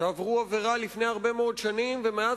שעברו עבירה לפני הרבה מאוד שנים ומאז